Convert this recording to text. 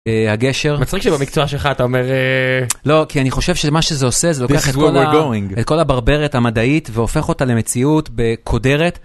הגשר... -מצחיק שבמקצוע שלך אתה אומר... -לא, כי אני חושב שמה שזה עושה, זה לוקח את כל הברברת המדעית והופך אותה למציאות ב... קודרת.